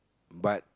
but